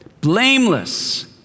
blameless